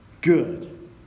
good